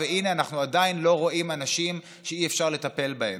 והינה אנחנו עדיין לא רואים אנשים שאי-אפשר לטפל בהם.